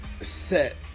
set